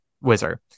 wizard